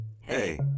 Hey